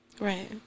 Right